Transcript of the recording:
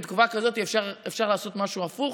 בתקופה כזאת אפשר לעשות משהו הפוך?